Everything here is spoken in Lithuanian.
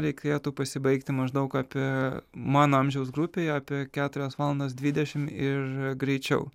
reikėtų pasibaigti maždaug apie mano amžiaus grupėj apie keturias valandas dvidešim ir greičiau